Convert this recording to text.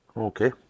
Okay